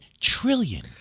trillion